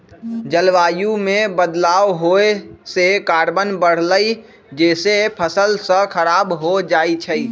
जलवायु में बदलाव होए से कार्बन बढ़लई जेसे फसल स खराब हो जाई छई